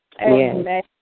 Amen